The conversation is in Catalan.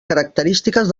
característiques